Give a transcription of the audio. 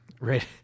Right